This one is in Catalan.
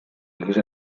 hagués